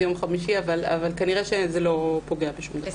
יום חמישי אבל כנראה שזה לא פוגע בשום דבר.